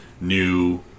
new